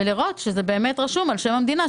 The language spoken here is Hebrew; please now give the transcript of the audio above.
צריך לראות שזה באמת רשום על שם המדינה,